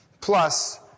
plus